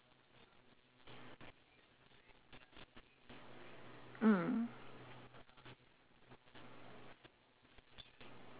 mm